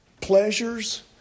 pleasures